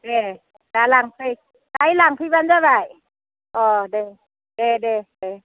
दे दा लांफै दाहाय लांफैबानो जाबाय अह दे दे दे दे